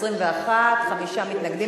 21, חמישה מתנגדים.